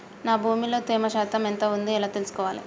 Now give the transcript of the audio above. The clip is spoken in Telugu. నా భూమి లో తేమ శాతం ఎంత ఉంది ఎలా తెలుసుకోవాలే?